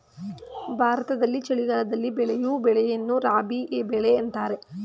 ಭಾರತದಲ್ಲಿ ಚಳಿಗಾಲದಲ್ಲಿ ಬೆಳೆಯೂ ಬೆಳೆಯನ್ನು ರಾಬಿ ಬೆಳೆ ಅಂತರೆ